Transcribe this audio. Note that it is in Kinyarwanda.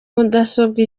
mudasobwa